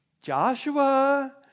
Joshua